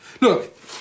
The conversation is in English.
Look